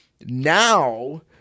Now